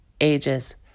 ages